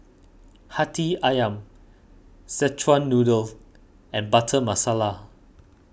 Hati Ayam Szechuan Noodles and Butter Masala